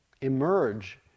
emerge